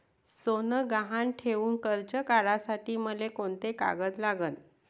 सोनं गहान ठेऊन कर्ज काढासाठी मले कोंते कागद लागन?